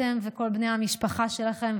אתן וכל בני המשפחה שלכן,